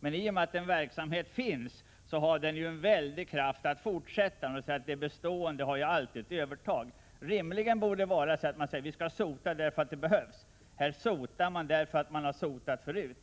Men i och med att en verksamhet finns har den en väldig kraft att fortleva. Det bestående har alltid ett övertag. Det borde rimligen vara så att man sade: Vi skall sota därför att det behövs. Här sotar man därför att man har sotat förut!